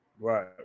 Right